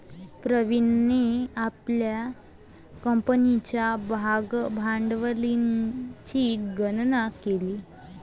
प्रवीणने आपल्या कंपनीच्या भागभांडवलाची गणना केली